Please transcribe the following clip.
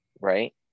right